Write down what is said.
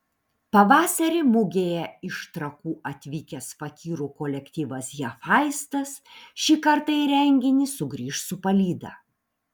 pavasarį mugėje iš trakų atvykęs fakyrų kolektyvas hefaistas šį kartą į renginį sugrįš su palyda